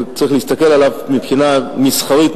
וצריך להסתכל עליו מבחינה מסחרית,